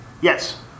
Yes